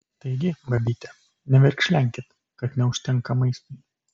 taigi babyte neverkšlenkit kad neužtenka maistui